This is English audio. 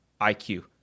IQ